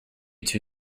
too